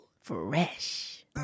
Fresh